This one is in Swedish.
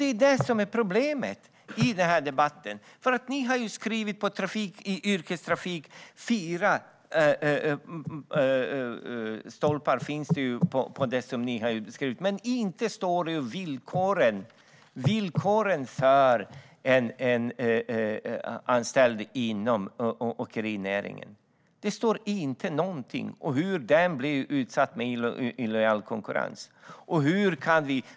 Det är det som är problemet i den här debatten. I det ni har skrivit om yrkestrafik står det ingenting om villkoren för en anställd i åkerinäringen. Det står ingenting om hur den anställde blir utsatt för illojal konkurrens.